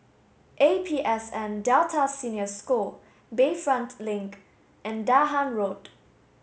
A P S N Delta Senior School Bayfront Link and Dahan Road